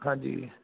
ਹਾਂਜੀ